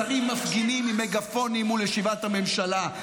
שרים מפגינים עם מגפונים מול ישיבת הממשלה,